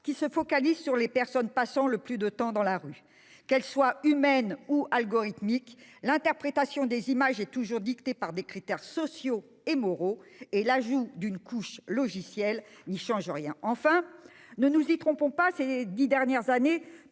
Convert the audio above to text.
qui se focalisent sur les personnes passant le plus de temps dans la rue. Qu'elle soit humaine ou algorithmique, l'interprétation des images est toujours dictée par des critères sociaux et moraux, et l'ajout d'une couche logicielle n'y change rien. » Enfin, ne nous y trompons pas, ces dix dernières années,